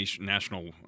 national